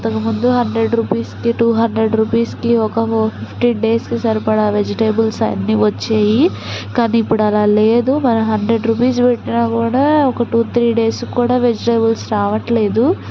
ఇంతకు ముందు హండ్రెడ్ రూపీస్కి టూ హండ్రెడ్ రూపీస్కి ఒక ఫిఫ్టీన్ డేస్కి సరిపడే వెజిటబుల్స్ అన్నీ వచ్చేవి కానీ ఇప్పుడు అలా లేదు మనం హండ్రెడ్ రూపీస్ పెట్టినా కూడా ఒక టూ త్రీ డేస్కి కూడా వెజిటబుల్స్ రావట్లేదు